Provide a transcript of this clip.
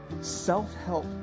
Self-help